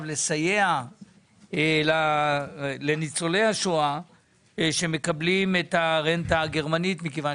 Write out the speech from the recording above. לסייע לניצולי השואה שמקבלים את הרנטה הגרמנית מכיוון